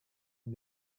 and